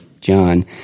John